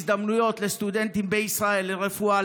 הזדמנויות לסטודנטים בישראל ברפואה,